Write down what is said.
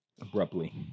Abruptly